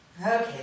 Okay